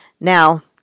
Now